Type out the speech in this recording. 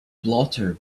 blotter